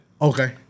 Okay